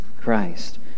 Christ